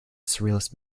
surrealist